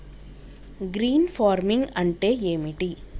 Green farming అంటే ఏమిటి?